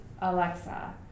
Alexa